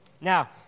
Now